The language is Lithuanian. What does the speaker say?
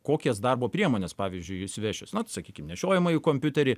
kokias darbo priemones pavyzdžiui jis vešis na sakykim nešiojamąjį kompiuterį